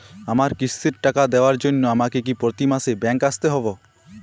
আমার কিস্তির টাকা দেওয়ার জন্য আমাকে কি প্রতি মাসে ব্যাংক আসতে হব?